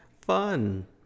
Fun